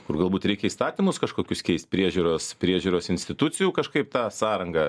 kur galbūt reikia įstatymus kažkokius keist priežiūros priežiūros institucijų kažkaip tą sąrangą